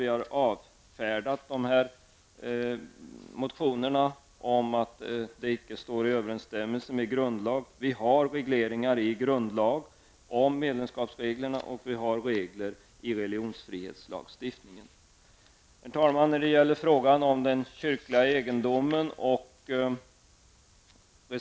Vi har avfärdat motionerna om att de icke står i överensstämmelse med grundlagen. Vi har regler i grundlagen om medlemskap och vi har regler i religionsfrihetslagstiftningen.